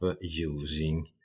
using